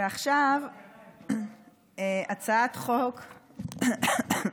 ועכשיו הצעת חוק, סליחה,